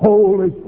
Holy